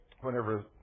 whenever